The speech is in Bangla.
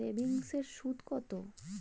সেভিংসে সুদ কত?